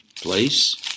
place